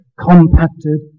compacted